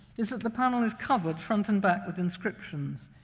is that the panel is covered front and back with inscriptions.